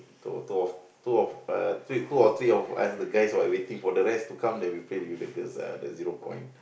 to two of two of uh three two or three of us the guys were waiting for the rest to come then we play with the girls the zero point